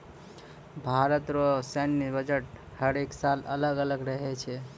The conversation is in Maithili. भारत रो सैन्य बजट हर एक साल अलग अलग रहै छै